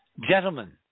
gentlemen